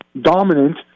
dominant